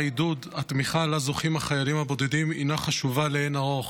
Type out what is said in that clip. העידוד והתמיכה שלהם זוכים החיילים הבודדים הם חשובים לאין ערוך.